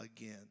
again